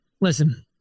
Listen